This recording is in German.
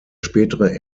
spätere